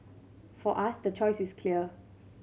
for us the choice is clear